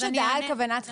יש הודעה על כוונת חיוב.